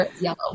yellow